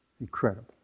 Incredible